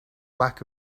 lack